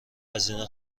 هزینه